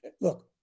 Look